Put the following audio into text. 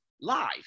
live